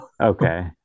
Okay